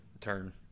turn